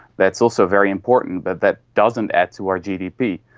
that's also very important, but that doesn't add to our gdp,